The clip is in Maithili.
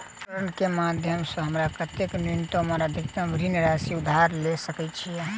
पोर्टल केँ माध्यम सऽ हमरा केतना न्यूनतम आ अधिकतम ऋण राशि उधार ले सकै छीयै?